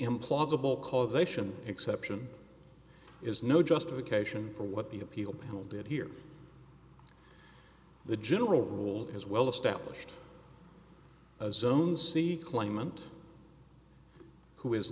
implausible causation exception is no justification for what the appeal panel did here the general rule is well established as zones see claimant who